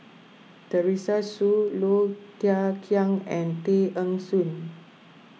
Teresa Hsu Low Thia Khiang and Tay Eng Soon